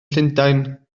llundain